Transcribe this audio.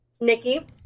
Nikki